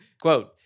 Quote